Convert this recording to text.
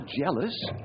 jealous